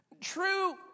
True